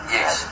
Yes